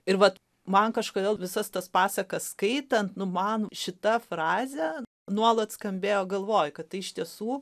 ir vat man kažkodėl visas tas pasakas skaitant nu man šita frazė nuolat skambėjo galvoj kad iš tiesų